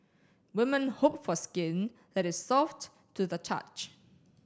women hope for skin that is soft to the touch